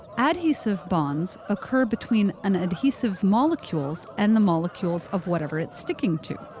adhesive bonds occur between an adhesive's molecules and the molecules of whatever it's sticking to.